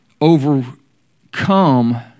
overcome